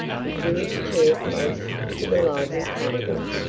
he drew his chair close to the library table,